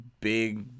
big